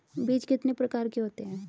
बीज कितने प्रकार के होते हैं?